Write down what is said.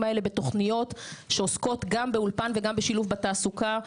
האלה בתוכניות שעוסקות גם באולפן וגם בשילוב בתעסוקה.